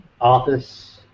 office